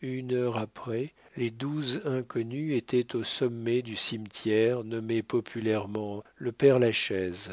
une heure après les douze inconnus étaient au sommet du cimetière nommé populairement le père-lachaise